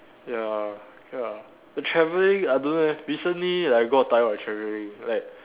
ya ya but travelling I don't know leh recently I got tired of travelling